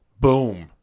Boom